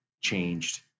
changed